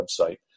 website